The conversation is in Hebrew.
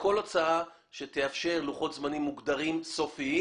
כל הצעה שתאפשר לוחות זמנים מוגדרים וסופיים.